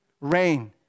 rain